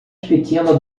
pequena